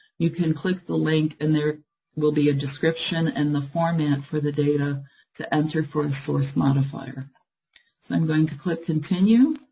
you can click the link, and there will be a description and the format for the data to enter, for the and source modifier. so i'm going to click continue,